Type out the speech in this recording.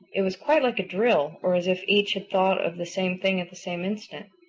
it was quite like a drill, or as if each had thought of the same thing at the same instant.